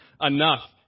enough